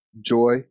joy